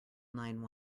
nine